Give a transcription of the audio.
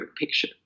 picture